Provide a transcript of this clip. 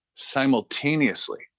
simultaneously